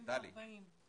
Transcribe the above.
טלי,